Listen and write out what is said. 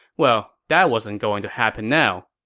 well, that wasn't going to happen now.